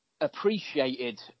appreciated